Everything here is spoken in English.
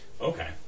Okay